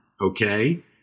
okay